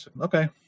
Okay